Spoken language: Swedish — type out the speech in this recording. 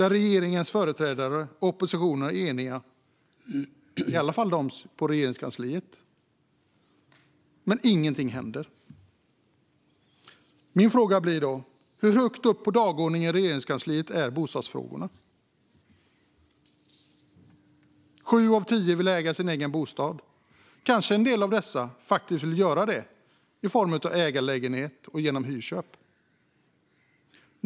Regeringens företrädare - i alla fall de på Regeringskansliet - och oppositionen är eniga, men inget händer. Min fråga blir då: Hur högt upp på dagordningen i Regeringskansliet är bostadsfrågorna? Sju av tio vill äga sin egen bostad. En del av dessa kanske vill göra det i form av ägarlägenhet och genom hyrköp.